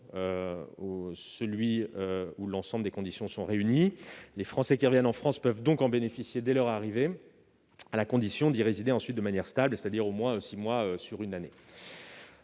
celui où l'ensemble des conditions sont réunies. Les Français qui reviennent en France peuvent donc en bénéficier dès leur arrivée, à condition d'y résider ensuite de manière stable, c'est-à-dire au moins six mois sur une année.